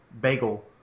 bagel